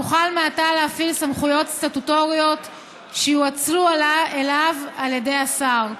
יוכל מעתה להפעיל סמכויות סטטוטוריות שיואצלו אליו על ידי השר.